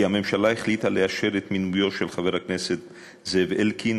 כי הממשלה החליטה לאשר את מינויו של חבר הכנסת זאב אלקין